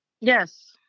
Yes